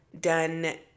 done